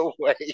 away